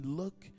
look